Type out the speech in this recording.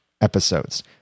episodes